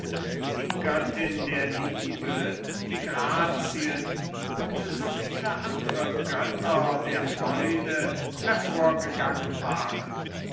die göttin der liebe die grazien und so viele andre götter der fröhlichkeit hervorgegangen waren